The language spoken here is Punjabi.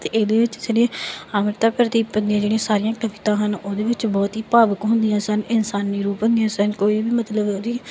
ਅਤੇ ਇਹਦੇ ਵਿੱਚ ਚਲੀਏ ਅੰਮ੍ਰਿਤਾ ਪ੍ਰੀਤਮ ਦੀਆਂ ਜਿਹੜੀਆਂ ਸਾਰੀਆਂ ਕਵਿਤਾ ਹਨ ਉਹਦੇ ਵਿੱਚ ਬਹੁਤ ਹੀ ਭਾਵੁਕ ਹੁੰਦੀਆਂ ਸਨ ਇਨਸਾਨੀ ਰੂਪ ਦੀਆਂ ਸਨ ਕੋਈ ਵੀ ਮਤਲਬ ਉਹਦੀ